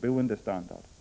boendestandard.